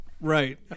right